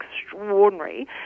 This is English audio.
extraordinary